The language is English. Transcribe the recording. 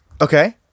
okay